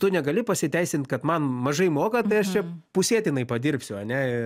tu negali pasiteisint kad man mažai moka tai aš čia pusėtinai padirbsiu ane